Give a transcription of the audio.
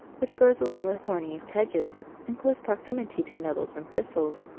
which grows along the thorniest hedges in close proximity to nettles and thistles.